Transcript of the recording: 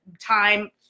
time